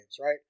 right